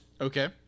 Okay